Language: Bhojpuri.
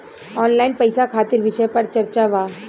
ऑनलाइन पैसा खातिर विषय पर चर्चा वा?